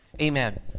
Amen